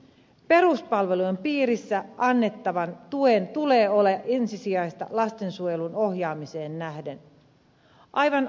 peruspalvelujen piirissä annettavan tuen tulee olla ensisijaista lastensuojeluun ohjaamiseen nähden